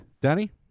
Danny